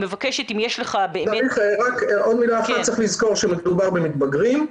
צריך לזכור שמדובר במתבגרים.